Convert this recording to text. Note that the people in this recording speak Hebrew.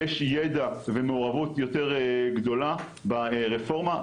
יש ידע ומעורבות יותר גדולה ברפורמה,